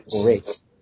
rates